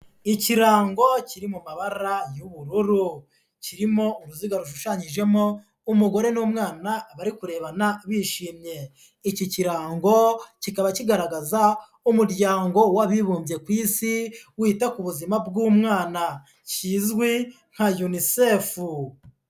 Ikirango kiri mu mabara y'ubururu kirimo uruzi rushushanyijemo umugore n'umwana bari kurebana bishimye, iki kirango kikaba kigaragaza umuryango w'Abibumbye ku isi wita ku buzima bw'umwana kizwe nka UNICEF.